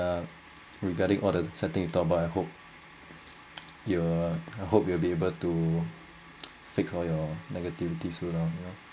regarding all the sad thing you talked about I hope you're I hope you'll be able to fix all your negativity soon lah you know